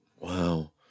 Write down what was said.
Wow